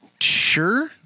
Sure